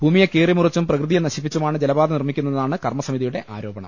ഭൂമിയെ കീറിമുറിച്ചും പ്രകൃ തിയെ നശിപ്പിച്ചുമാണ് ജലപാത നിർമ്മിക്കുന്നതെന്നാണ് കർമ്മ സമിതിയുടെ ആരോപണം